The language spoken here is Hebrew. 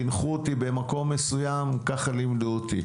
חינכו אותי במקום מסוים ככה לימדו אותי,